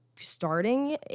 starting